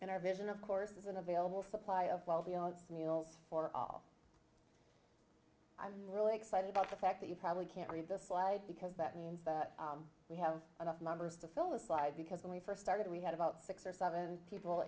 and our vision of course is an available supply of twelve yards meals for all i'm really excited about the fact that you probably can't read the slide because that means that we have enough numbers to fill a slide because when we first started we had about six or seven people